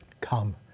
Come